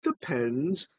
depends